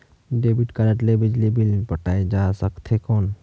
Debit card ले बिजली bill पटाय जा सकथे कौन?